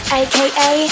aka